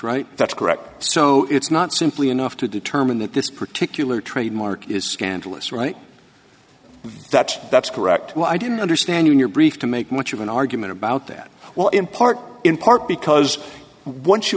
right that's correct so it's not simply enough to determine that this particular trademark is scandalous right that's that's correct i didn't understand you in your brief to make much of an argument about that well in part in part because